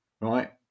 right